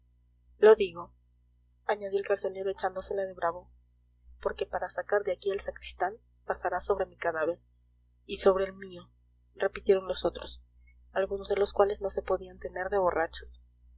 lo digo añadió el carcelero echándosela de bravo porque para sacar de aquí al sacristán pasarás sobre mi cadáver y sobre el mío repitieron los otros algunos de los cuales no se podían tener de borrachos